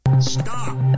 Stop